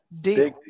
deal